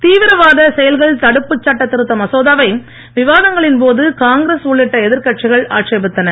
தீவிரவாதச் செயல்கள் தடுப்புச் சட்ட திருத்த மசோதாவை விவாதங்களின் போது காங்கிரஸ் உள்ளிட்ட எதிர்கட்சிகள் ஆட்சேபித்தன